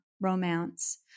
romance